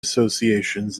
associations